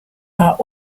are